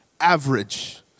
average